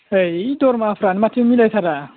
है दरमहाफ्रानो माथो मिलायथारा